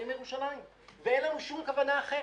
יהיה מירושלים ואין לנו שום כוונה אחרת.